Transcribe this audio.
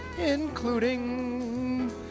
including